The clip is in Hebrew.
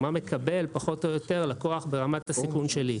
ומה מקבל לקוח ברמת הסיכון שלי,